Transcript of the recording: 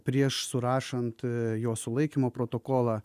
prieš surašant jo sulaikymo protokolą